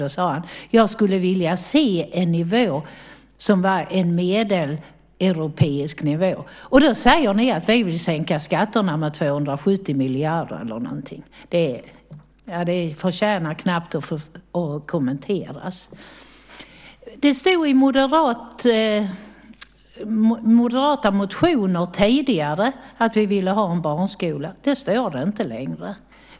Han sade: Jag skulle vilja se en nivå som är en medeleuropeisk nivå. Då säger ni att vi vill sänka skatterna med 270 miljarder eller någonting. Det förtjänar knappt att kommenteras. Det stod i moderata motioner tidigare att vi ville ha en barnskola. Det står det inte längre.